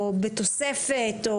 או בתוספת,